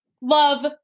Love